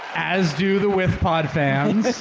as do the withpod fans,